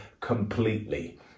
completely